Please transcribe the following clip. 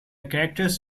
characters